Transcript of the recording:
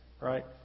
right